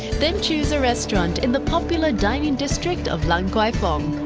then choose a restaurant in the popular dinning and district of lan kwai fong.